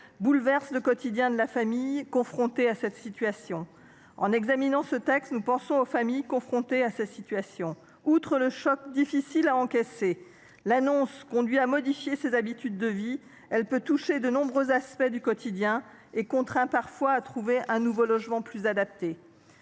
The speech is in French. bouleverse le quotidien de la famille confrontée à cette situation. En examinant cette proposition de loi, nous pensons avant tout à ces familles. Outre le choc difficile à encaisser, l’annonce conduit à modifier les habitudes de vie. Elle peut toucher de nombreux aspects du quotidien et contraint parfois à trouver un nouveau logement, plus adapté.